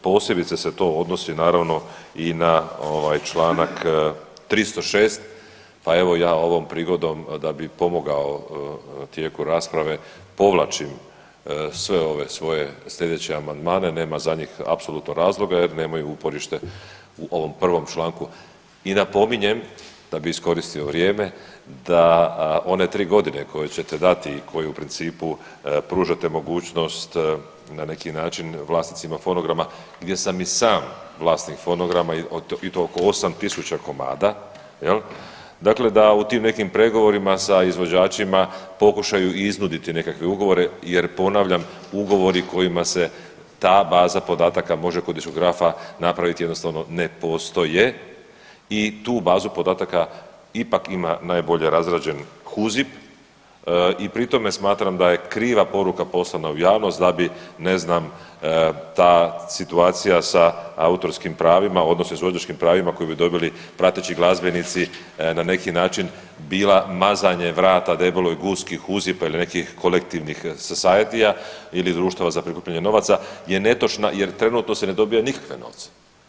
Posebice se to odnosi naravno i na ovaj čl. 306 pa evo ja ovom prigodom, da bi pomogao tijeku rasprave povlačim sve ove svoje sljedeće amandmane, nema za njih apsolutno razloga jer nemaju uporište u ovom prvom članku i napominjem da bi iskoristio vrijeme, da one 3 godine koje ćete dati i koji u principu pružate mogućnost na, neki način, vlasnicima fonograma, gdje sam i sam vlasnik fonograma i to oko 8 tisuća komada, je li, dakle da u tim nekim pregovorima sa izvođačima pokušaju iznuditi nekakve ugovore jer ponavljam, ugovori kojima se ta baza podataka može kod diskografa napraviti jednostavno ne postoje i tu bazu podataka ipak ima najbolje razrađen HUZIP i pri tome smatram da je kriva poruka poslana u javnost da bi, ne znam, ta situacija sa autorskim pravima, odnosno izvođačkim pravima koje bi dobili prateći glazbenici, na neki način bila mazanje vrata debeloj guski, HUZIP-a ili nekih kolektivnih societyja ili društva za prikupljanje novaca je netočna jer trenutno se ne dobiva nikakve novce.